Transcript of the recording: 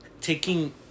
taking